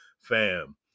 fam